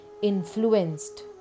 influenced